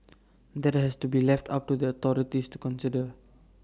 that has to be left up to the authorities to consider